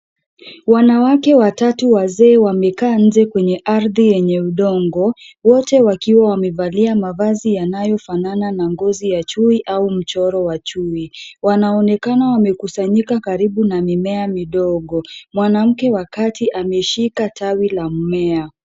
Wanawake watatu wazee wamekaa nje kwenye ardhi yenye udongo. wote wakiwa wamevalia mavazi ya yanayofanana na ngozi ya chui au mchoro wa chui. Wanaonekana wamekusanyika karibu na mimea midogo. Mwanamke wakati ameshika tawi la mmea